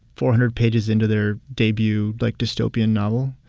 four hundred pages into their debut, like, dystopian novel.